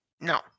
No